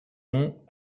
ans